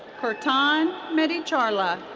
kirtan medicharla.